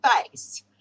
face